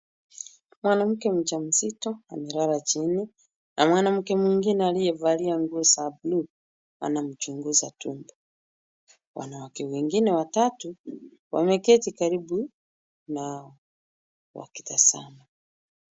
Mwanamke mjamzito amelala chini na mwanamke mwingine aliyevalia nguo za bluu anamchunguza tumbo. Wanawake wengine watatu wameketi karibu na wakitazama.